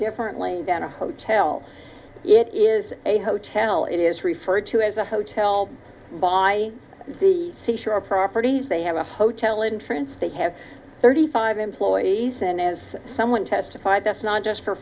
differently than a hotel it is a hotel it is referred to as a hotel by the seashore properties they have a hotel in france they have thirty five employees and as someone testified that's not just for